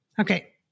Okay